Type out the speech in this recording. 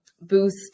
boost